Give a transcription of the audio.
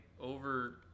over